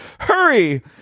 Hurry